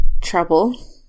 trouble